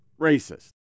racist